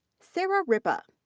sarah ripa.